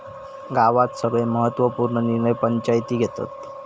गावात सगळे महत्त्व पूर्ण निर्णय पंचायती घेतत